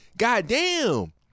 goddamn